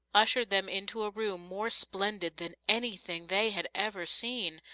ushered them into a room more splendid than anything they had ever seen.